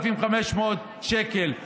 שקיבלו אזרחים ותיקים,